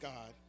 God